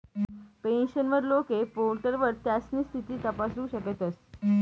pensioner लोके पोर्टलवर त्यास्नी स्थिती तपासू शकतस